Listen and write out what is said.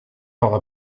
aura